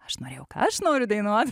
aš norėjau ką aš noriu dainuot